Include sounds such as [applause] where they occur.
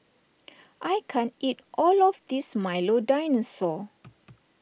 [noise] I can't eat all of this Milo Dinosaur